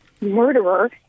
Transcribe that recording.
murderer